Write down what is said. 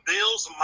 Bills